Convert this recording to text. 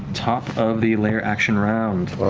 top of the lair action round.